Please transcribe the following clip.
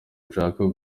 nshasha